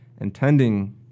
intending